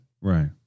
Right